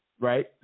Right